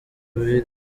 biribwa